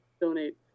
donate